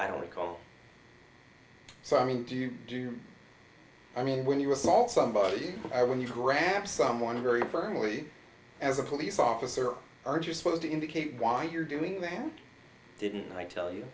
i don't recall so i mean do you do i mean when you assault somebody i when you grab someone very firmly as a police officer aren't you supposed to indicate why you're doing that and didn't i tell you